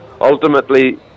ultimately